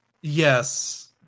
Yes